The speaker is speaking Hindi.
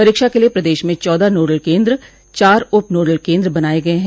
परीक्षा के लिये प्रदेश में चौदह नोडल केन्द्र चार उप नोडल केन्द्र बनाये गये हैं